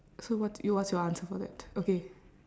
so what's y~ what's your answer for that okay